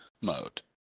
mode